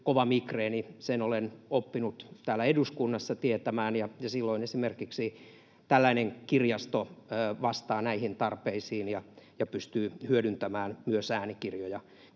kova migreeni, sen olen oppinut täällä eduskunnassa tietämään. Silloin esimerkiksi tällainen kirjasto vastaa näihin tarpeisiin ja pystyy hyödyntämään myös äänikirjoja